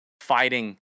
fighting